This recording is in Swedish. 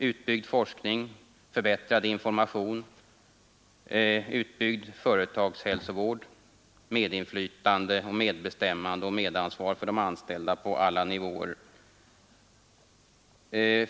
Utbyggd forskning, förbättrad information, utbyggd företagshälsovård, medinflytande, medbestämmande och medansvar för de anställda på alla nivåer.